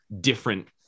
different